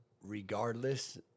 regardless